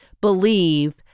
believe